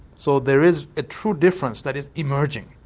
so there is a true difference that is emerging.